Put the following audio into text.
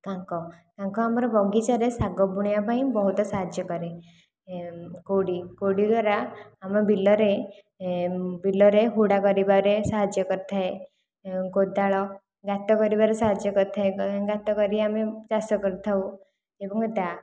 କାଙ୍କ କାଙ୍କ ଆମର ବଗିଚାରେ ଶାଗ ବୁଣିବା ପାଇଁ ବହୁତ ସାହାଯ୍ୟ କରେ କୋଡ଼ି କୋଡ଼ି ଦ୍ୱାରା ଆମ ବିଲରେ ବିଲରେ ହୁଡ଼ା କରିବାରେ ସାହାଯ୍ୟ କରିଥାଏ କୋଦାଳ ଗାତ କରିବାରେ ସାହାଯ୍ୟ କରିଥାଏ ଗାତ କରି ଆମେ ଚାଷ କରିଥାଉ ଏବଂ ଦାଅ